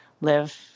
live